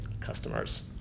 customers